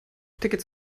tickets